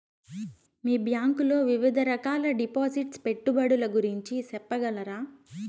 మీ bank లో వివిధ రకాల డిపాసిట్స్, పెట్టుబడుల గురించి సెప్పగలరా?